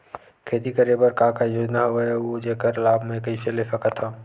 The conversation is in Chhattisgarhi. खेती करे बर का का योजना हवय अउ जेखर लाभ मैं कइसे ले सकत हव?